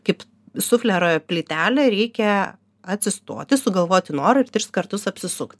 kaip sufleruoja plytelė reikia atsistoti sugalvoti norą ir tris kartus apsisukt